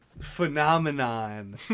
phenomenon